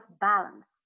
balance